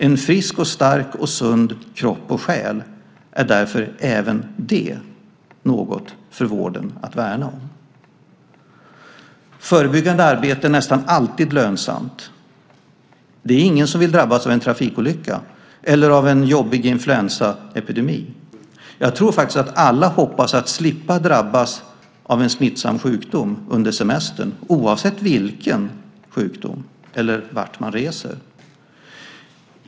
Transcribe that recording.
En frisk, stark och sund kropp och själ är därför även det något för vården att värna om. Förebyggande arbete är nästan alltid lönsamt. Det är ingen som vill drabbas av en trafikolycka eller av en jobbig influensaepidemi. Jag tror faktiskt att alla hoppas slippa drabbas av en smittsam sjukdom under semestern oavsett vilken sjukdom det gäller eller vart man reser.